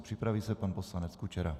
Připraví se pan poslanec Kučera.